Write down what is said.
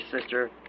sister